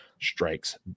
strikes